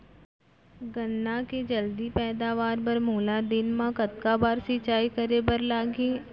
गन्ना के जलदी पैदावार बर, मोला दिन मा कतका बार सिंचाई करे बर लागही?